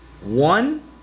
One